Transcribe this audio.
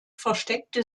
versteckte